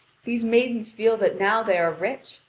these maidens feel that now they are rich,